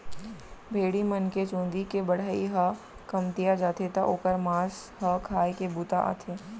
भेड़ी मन के चूंदी के बढ़ई ह कमतिया जाथे त ओकर मांस ह खाए के बूता आथे